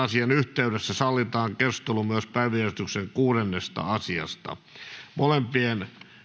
asian yhteydessä sallitaan keskustelu myös päiväjärjestyksen kuudennesta asiasta molempien